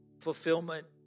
fulfillment